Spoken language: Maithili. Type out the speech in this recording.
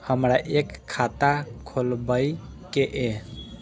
हमरा एक खाता खोलाबई के ये?